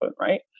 right